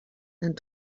and